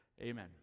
Amen